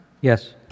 Yes